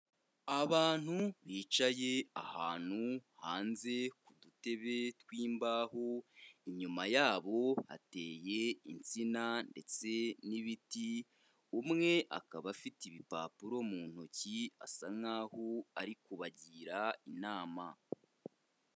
Abantu bicaye ahantu hanze ku dutebe tw'imbahu, inyuma yabo hateye insina ndetse n'ibiti; umwe akaba afite ibipapuro mu ntoki, asa nk'aho ari kubagira inama.